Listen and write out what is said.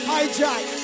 Hijack